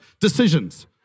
decisions